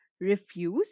Refuse